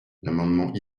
l’amendement